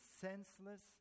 senseless